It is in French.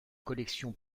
collections